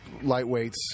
lightweights